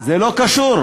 זה לא קשור.